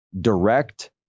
direct